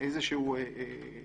איזה שהוא תעריף